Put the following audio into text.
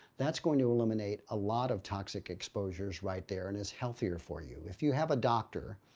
that's going to eliminate a lot of toxic exposures right there and it's healthier for you. if you have a doctor,